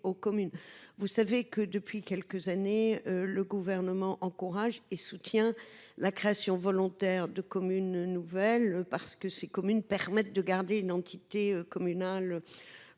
aux communes. Depuis quelques années, le Gouvernement encourage et soutient la création volontaire de communes nouvelles, car ces structures permettent de maintenir une entité communale